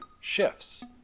shifts